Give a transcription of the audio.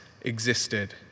existed